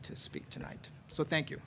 to speak tonight so thank you